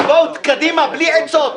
אבל קדימה, בלי עצות.